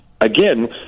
again